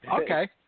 Okay